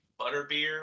butterbeer